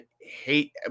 hate